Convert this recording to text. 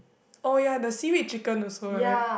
oh ya the seaweed chicken also right